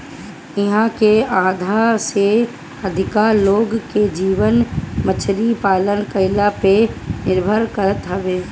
इहां के आधा से अधिका लोग के जीवन मछरी पालन कईला पे निर्भर करत हवे